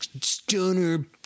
stoner